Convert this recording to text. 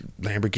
Lamborghini